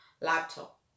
laptop